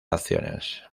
acciones